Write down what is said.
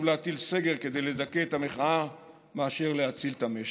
להטיל סגר כדי לדכא את המחאה מאשר להציל את המשק.